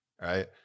right